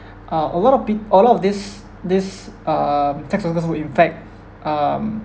uh a lot of pit a lot of these these uh sex workers were in fact um